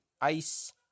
ICE